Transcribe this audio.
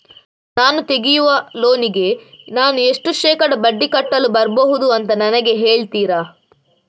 ನಾನು ತೆಗಿಯುವ ಲೋನಿಗೆ ನಾನು ಎಷ್ಟು ಶೇಕಡಾ ಬಡ್ಡಿ ಕಟ್ಟಲು ಬರ್ಬಹುದು ಅಂತ ನನಗೆ ಹೇಳ್ತೀರಾ?